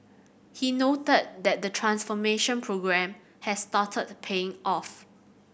he noted that the transformation programme has started paying off